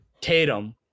tatum